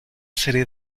serie